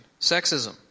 sexism